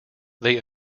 they